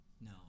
No